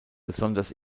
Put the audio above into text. besonders